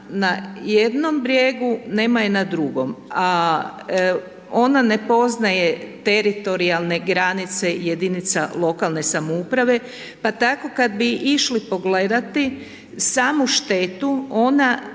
na jednom brijegu, nema je na drugom, a ona ne poznaje teritorijalne granice jedinica lokalne samouprave, pa tako kad bi išli pogledati samu štetu, ona ne prelazi